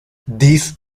this